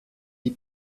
die